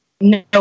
No